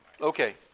Okay